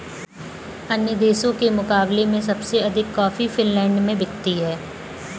अन्य देशों के मुकाबले में सबसे अधिक कॉफी फिनलैंड में बिकती है